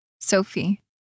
Sophie